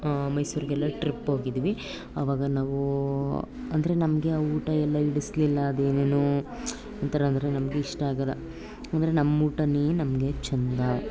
ಮೈಸೂರಿಗೆಲ್ಲ trip ಹೋಗಿದ್ವಿ ಅವಾಗ ನಾವು ಅಂದರೆ ನಮಗೆ ಆ ಊಟ ಎಲ್ಲ ಹಿಡಿಸಲಿಲ್ಲ ಅದು ಏನೇನೊ ಒಂಥರ ಅಂದರೆ ನಮಗೆ ಇಷ್ಟ ಆಗಲ್ಲ ಅಂದರೆ ನಮ್ಮೂಟವೇ ನಮಗೆ ಚೆಂದ